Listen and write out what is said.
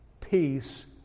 peace